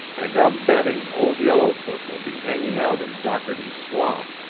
and i'm betting old yellowfoot will be hanging out in dockerty's swamp.